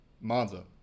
Monza